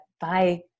bye